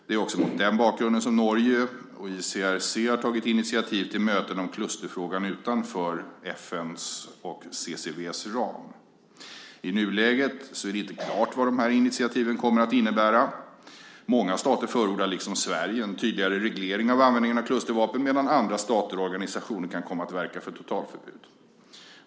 Det är också mot den bakgrunden som Norge och ICRC tagit initiativ till möten om klusterfrågan utanför FN:s och CCW:s ram. I nuläget är det inte klart vad dessa initiativ kommer att innebära. Många stater förordar, liksom Sverige, en tydligare reglering av användningen av klustervapen medan andra stater och organisationer kan komma att verka för totalförbud.